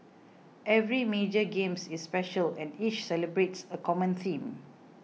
every major games is special and each celebrates a common theme